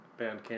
Bandcamp